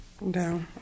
No